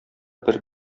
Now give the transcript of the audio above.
бер